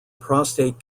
prostate